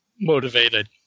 motivated